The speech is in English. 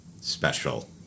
special